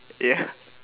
ya